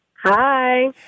Hi